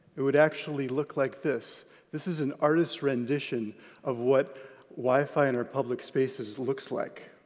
it would actually look like this this is an artist's rendition of what wi-fi in our public spaces looks like.